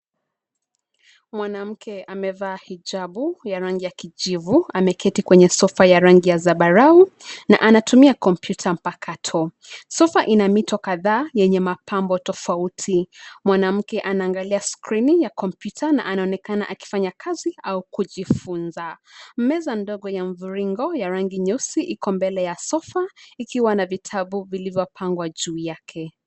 Mwanamke amevaa hijabu ya rangi ya kijivu ameketi kwenye sofa ya rangi ya zambarau, na anatumia kompyuta mpakato, sofa ina mito kadhaa yenye mapambo tofauti, mwanamke anaangalia skrini ya kompyuta na anaonekana akifanya kazi au kujifunza, meza ndogo ya mviringo ya rangi nyeusi iko mbele ya sofa , ikiwa na vitabu vilivopangwa juu yake.